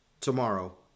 tomorrow